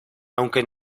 aunque